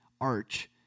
Arch